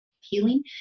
healing